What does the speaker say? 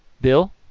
Bill